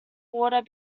water